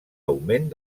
augment